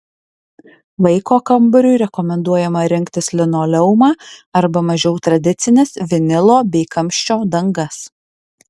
vaiko kambariui rekomenduojama rinktis linoleumą arba mažiau tradicines vinilo bei kamščio dangas